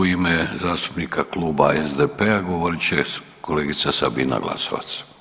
U ime zastupnika Kluba SDP-a govorit će kolegica Sabina Glasovac.